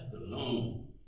alone